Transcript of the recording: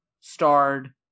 starred